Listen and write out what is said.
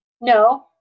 No